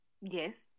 Yes